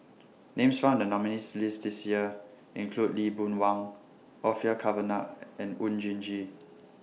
Names found in The nominees' list This Year include Lee Boon Wang Orfeur Cavenagh and Oon Jin Gee